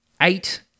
eight